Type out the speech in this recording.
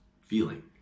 feeling